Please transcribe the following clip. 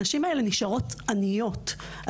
הנשים האלה נשארות עניות,